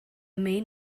main